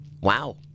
Wow